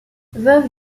veuve